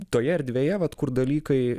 toje erdvėje vat kur dalykai